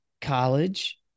college